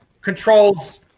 controls